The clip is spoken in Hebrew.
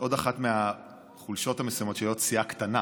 עוד אחת מהחולשות המסוימות של להיות סיעה קטנה.